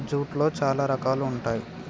జూట్లో చాలా రకాలు ఉంటాయి